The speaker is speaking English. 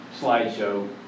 slideshow